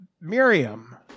Miriam